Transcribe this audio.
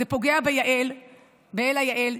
זה פוגע באלה יעל,